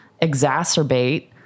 exacerbate